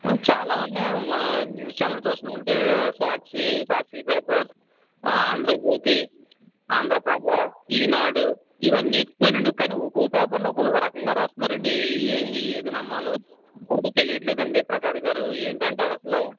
చాలా ఉన్నాయి మన న్యూస్ ఛానల్ చూసుకున్నామంటే సాక్షి సాక్షి పేపర్ ఆంధ్రజ్యోతి ఆంధ్రప్రభ ఈనాడు ఇవన్నీ ఎత్తిపోయినయండి ఒక్కొక్క పేపర్లో ఒక్కొక్క రకంగా చేస్తున్నారండి ఏది ఏది నమ్మాలో ఎవరికీ తెలియట్లేదు అండి ప్రకారి గారు ఏంటంటారు అసల